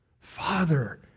father